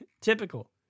typical